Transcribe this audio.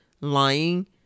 lying